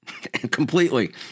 completely